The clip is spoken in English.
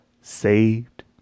saved